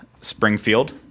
Springfield